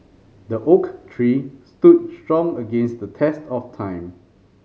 the oak tree stood strong against the test of time